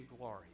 glory